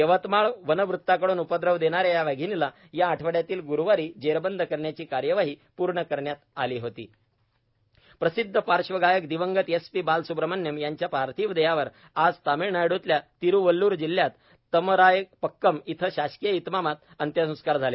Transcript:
यवतमाळ वनवृत्ताकडून उपद्रव देणाऱ्या या वाघीणीला या आठवड्यातील ग्रुवारी जेरबंद करण्याची कार्यवाही पूर्ण करण्यात आली होती एस पी बालसुब्रह्यण्यम अंत्यसंस्कार प्रसिद्ध पार्श्वगायक दिवंगत एस पी बालसुब्रह्यण्यम यांच्या पार्थिव देहावर आज तामिळनाडूतल्या तिरुवल्लूर जिल्ह्यात तमरायपक्कम इथं शासकीय इतमामात अंत्यसंस्कार झाले